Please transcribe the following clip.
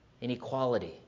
inequality